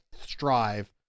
strive